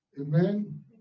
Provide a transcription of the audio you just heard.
Amen